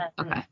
Okay